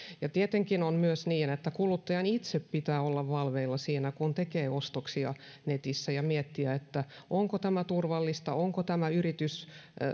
tietenkin on myös niin että kuluttajan itse pitää olla valveilla siinä kun tekee ostoksia netissä ja miettiä onko tämä turvallista ja onko tämä yritys